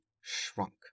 shrunk